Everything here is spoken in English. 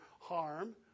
harm